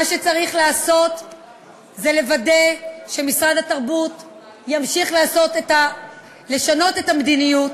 מה שצריך לעשות זה לוודא שמשרד התרבות ימשיך לשנות את המדיניות